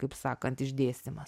kaip sakant išdėstymas